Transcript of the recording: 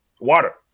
water